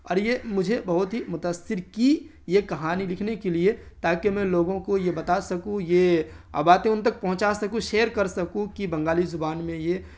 اور یہ مجھے بہت ہی متأثر کی یہ کہانی لکھنے کے لیے تاکہ میں لوگوں کو یہ بتا سکوں یہ باتیں ان تک پہنچا سکوں شیئر کر سکو کہ بنگالی زبان میں یہ